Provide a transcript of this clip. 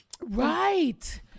Right